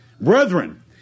Brethren